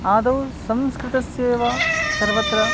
आदौ संस्कृतस्य एव सर्वत्र